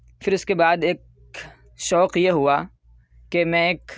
پھر اس کے بعد ایک شوق یہ ہوا کہ میں ایک